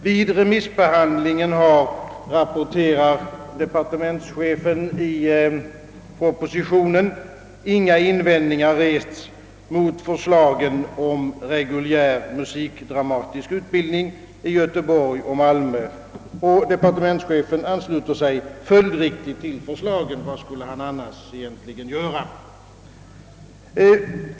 Vid remissbehandlingen har, rapporterar departementschefen i propositionen, inga invändningar rests mot förslaget om reguljär musikdramatisk utbildning i Göteborg och Malmö, och departementschefen ansluter sig följdriktligt till förslaget — vad skulle han annars egentligen göra?